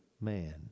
man